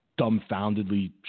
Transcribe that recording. dumbfoundedly